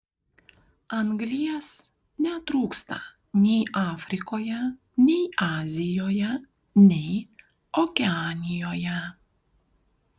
anglies netrūksta nei afrikoje nei azijoje nei okeanijoje